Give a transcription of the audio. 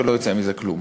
שלא יצא מזה כלום.